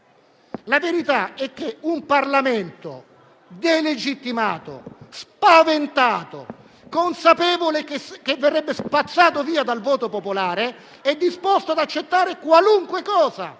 La verità è che un Parlamento delegittimato, spaventato e consapevole che verrebbe spazzato via dal voto popolare è disposto ad accettare qualunque cosa.